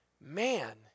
man